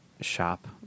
shop